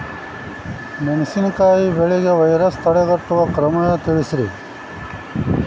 ಮೆಣಸಿನಕಾಯಿ ಬೆಳೆಗೆ ವೈರಸ್ ತಡೆಗಟ್ಟುವ ಕ್ರಮ ತಿಳಸ್ರಿ